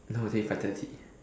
no until five thirty